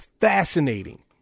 Fascinating